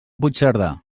puigcerdà